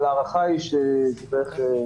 ודאי שבפנים.